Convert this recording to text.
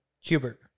hubert